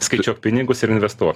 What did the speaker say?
skaičiuok pinigus ir investuotk